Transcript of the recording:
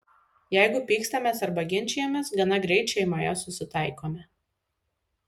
jeigu pykstamės arba ginčijamės gana greit šeimoje susitaikome